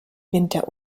winter